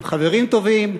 עם חברים טובים,